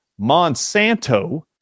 Monsanto